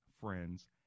friends